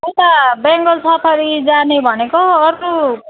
उता बेङ्गाल सफारी जाने भनेको अरू